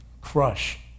crush